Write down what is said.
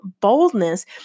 boldness